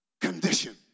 condition